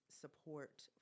support